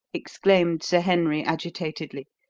exclaimed sir henry agitatedly.